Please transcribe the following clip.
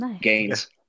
gains